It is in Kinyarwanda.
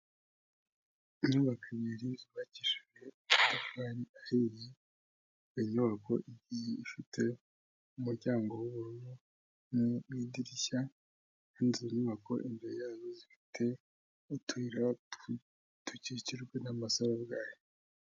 Inyubako ebyiri zubakishijwe amatafari ahiye, buri nyubako igiye ifite umuryango w’ubururu n’idirishya, izindi nyubako imbere yayo zifite utuyira dukikijwe n’amatafari.